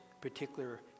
particular